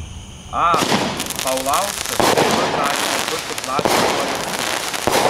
a paulauskas taip pat ragino kurti plačią koaliciją